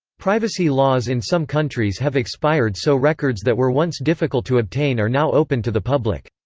privacy laws in some countries have expired so records that were once difficult to obtain are now open to the public.